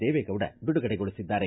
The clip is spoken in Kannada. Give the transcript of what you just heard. ದೇವೇಗೌಡ ಬಿಡುಗಡೆ ಗೊಳಿಸಿದ್ದಾರೆ